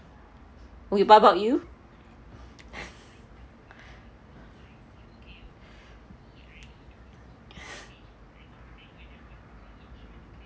how about you